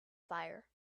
fire